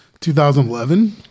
2011